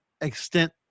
extent